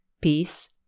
peace